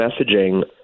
messaging